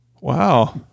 Wow